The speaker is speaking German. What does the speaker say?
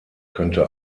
könnte